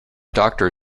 doctor